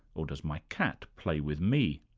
or does my cat play with me?